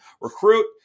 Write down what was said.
recruit